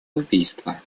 убийства